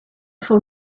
for